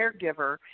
caregiver